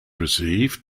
received